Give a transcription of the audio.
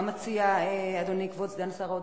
מה מציע אדוני, כבוד סגן שר הבריאות?